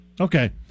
okay